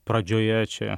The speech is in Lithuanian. pradžioje čia